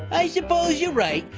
i suppose you're right.